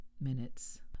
minutes